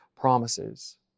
promises